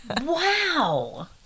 Wow